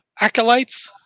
acolytes